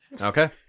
Okay